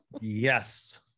Yes